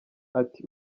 ati